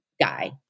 guy